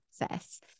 access